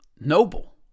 noble